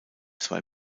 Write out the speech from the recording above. zwei